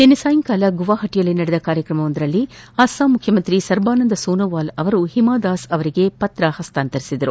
ನಿನ್ನೆ ಸಂಜೆ ಗುವಾಪತಿಯಲ್ಲಿ ನಡೆದ ಕಾರ್ಯಕ್ರಮವೊಂದರಲ್ಲಿ ಅಸ್ಸಾಂ ಮುಖ್ಯಮಂತ್ರಿ ಸರ್ಬಾನಂದ್ ಸೋನೋವಾಲ್ ಅವರು ಒಮಾದಾಸ್ ಅವರಿಗೆ ಪತ್ರ ಹಸ್ತಾಂತರಿಸಿದರು